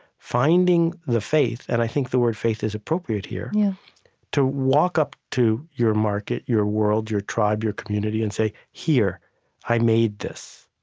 finding the faith and i think the word faith is appropriate here yeah to walk up to your market, your world, your tribe, your community and say, here i made this